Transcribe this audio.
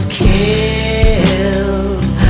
killed